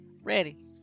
ready